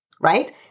right